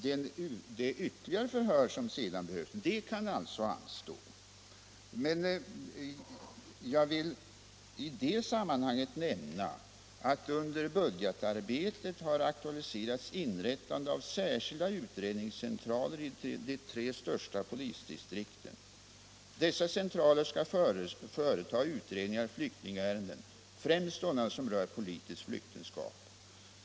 Det ytterligare förhör som sedan behövs kan alltså anstå. Jag vill i det sammanhanget nämna att under budgetarbetet har aktualiserats införande av särskilda utredningscentraler i de tre största polisdistrikten. Dessa centraler skall företa utredningar i flyktingärenden, främst sådana som rör politiskt flyktingskap.